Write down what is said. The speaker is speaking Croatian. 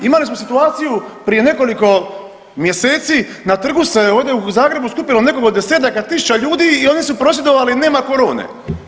Imali smo situaciju prije nekoliko mjeseci na trgu se ovdje u Zagrebu skupilo nekoliko desetaka tisuća ljudi i oni su prosvjedovali nema corone.